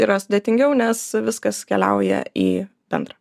yra sudėtingiau nes viskas keliauja į bendrą